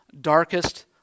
darkest